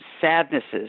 sadnesses